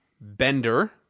Bender